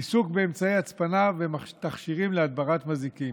עיסוק באמצעי הצפנה ותכשירים להדברת מזיקים.